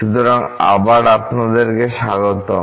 সুতরাং আবার আপনাদেরকে স্বাগতম